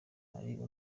ariko